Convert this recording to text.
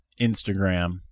instagram